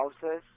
houses